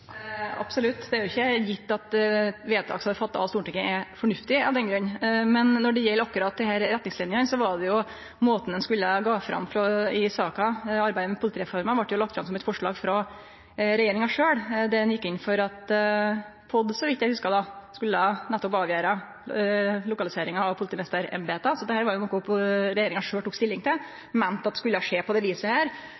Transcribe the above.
er ikkje gitt at vedtak fatta av Stortinget er fornuftig av den grunn. Men når det gjeld akkurat desse retningslinene, gjaldt det måten ein skulle gå fram i saka. Arbeidet med politireforma var lagt fram som eit forslag frå regjeringa, der ein gjekk inn for at POD – så vidt eg hugsar – skulle avgjere lokaliseringa av politimeisterembeta, så dette var noko regjeringa sjølv tok stilling til